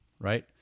right